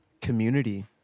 community